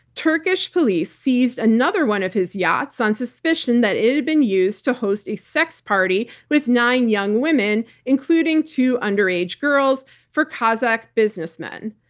turkish police seized another one of his yachts on suspicion that it had been used to host a sex party with nine young women, including two underage girls, for kazak businessman.